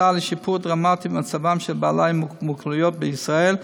הצעה לשיפור דרמטי במצבם של בעלי מוגבלויות בישראל.